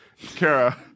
Kara